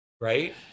Right